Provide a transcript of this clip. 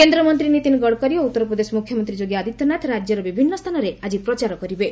କେନ୍ଦ୍ରମନ୍ତ୍ରୀ ନୀତିନ ଗଡ଼କରୀ ଓ ଉତ୍ତରପ୍ରଦେଶ ମୁଖ୍ୟମନ୍ତ୍ରୀ ଯୋଗୀ ଆଦିତ୍ୟନାଥ ରାଜ୍ୟର ବିଭିନ୍ନ ସ୍ଥାନରେ ଆକ୍ଟି ପ୍ରଚାର କରିବେ